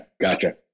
Gotcha